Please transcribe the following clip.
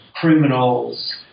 criminals